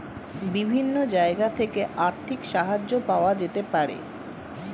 বিভিন্ন জায়গা থেকে আর্থিক সাহায্য পাওয়া যেতে পারে